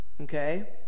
okay